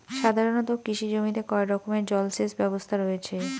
সাধারণত কৃষি জমিতে কয় রকমের জল সেচ ব্যবস্থা রয়েছে?